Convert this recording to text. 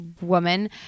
woman